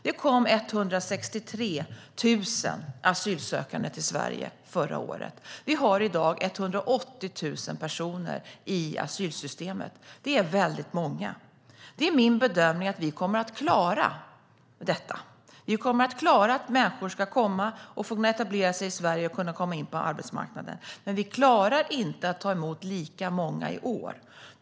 Det kom 163 000 asylsökande till Sverige förra året. Det finns i dag 180 000 personer i asylsystemet. Det är många. Det är min bedömning att vi kommer att klara att människor ska få etablera sig i Sverige och komma in på arbetsmarknaden, men Sverige klarar inte att ta emot lika många i år.